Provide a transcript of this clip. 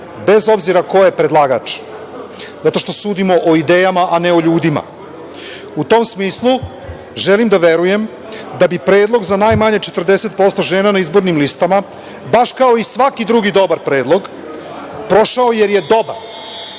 bez obzira ko je predlagač, zato što sudimo o idejama, a ne o ljudima.U tom smislu, želim da verujem da bi predlog za najmanje 40% žena na izbornim listama, baš kao i svaki drugi dobar predlog prošao jer je dobar,